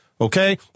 okay